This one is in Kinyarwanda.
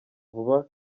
vuba